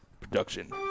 production